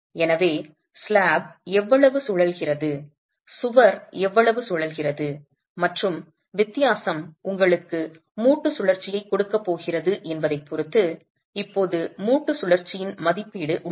எனவே ஸ்லாப் எவ்வளவு சுழல்கிறது சுவர் எவ்வளவு சுழல்கிறது மற்றும் வித்தியாசம் உங்களுக்கு மூட்டு சுழற்சியைக் கொடுக்கப் போகிறது என்பதைப் பொறுத்து இப்போது மூட்டு சுழற்சியின் மதிப்பீடு உள்ளது